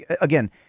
again